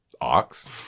ox